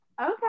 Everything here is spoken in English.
Okay